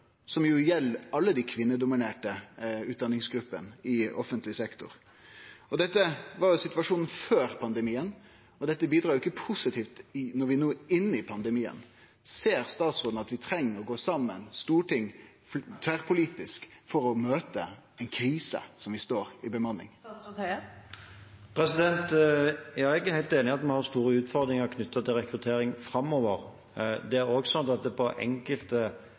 som jo gjeld alle dei kvinnedominerte utdanningsgruppene i offentleg sektor. Dette var situasjonen før pandemien, og dette bidrar jo ikkje positivt når vi no er inne i pandemien. Ser statsråden at vi treng å gå saman tverrpolitisk for å møte ei bemanningskrise som vi står i? Ja, jeg er helt enig i at vi har store utfordringer knyttet til rekruttering framover. Det er også sånn at på enkelte avdelinger, i enkelte kommuner og på enkelte